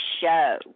show